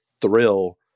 thrill